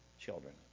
children